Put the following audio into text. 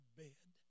bed